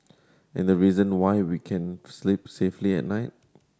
and the reason why we can sleep safely at night